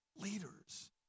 leaders